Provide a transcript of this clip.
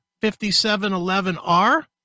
5711R